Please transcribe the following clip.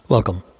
Welcome